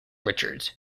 richards